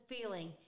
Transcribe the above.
feeling